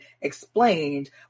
explained